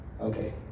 Okay